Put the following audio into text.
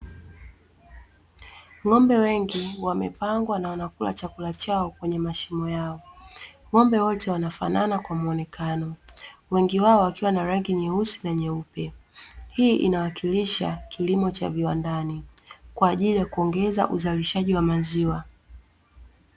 Ng'ombe wengi wamepangwa na wanakula chakula chao kwenye mashimo yao. Ng'ombe wote wanafanana kwa mwonekano, wengi wao wakiwa na rangi nyeusi na nyeupe. Hii inawakilisha kilimo cha viwandani, kwa ajili ya kuongeza uzalishaji wa maziwa.